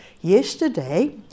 Yesterday